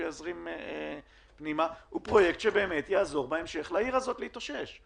יזרים זה פרויקט שבאמת יעזור בהמשך לעיר הזאת להתאושש.